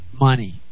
money